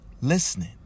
Listening